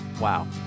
Wow